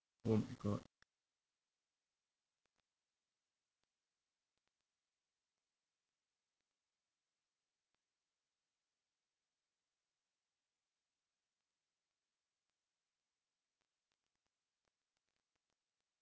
oh my god